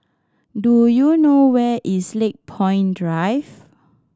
do you know where is Lakepoint Drive